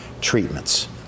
treatments